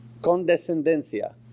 Condescendencia